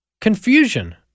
confusion